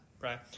right